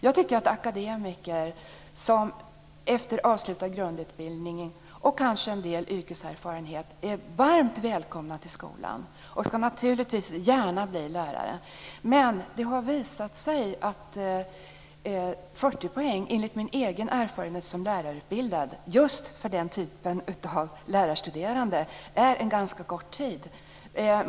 Jag menar att akademiker efter avslutad grundutbildning och kanske en del yrkeserfarenhet är varmt välkomna till skolan. De ska naturligtvis gärna få bli lärare. Men 40 poängs studier har, enligt min egen erfarenhet som lärarutbildad just för den typen av lärarstuderande, visat sig vara en ganska kort tid.